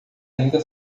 ainda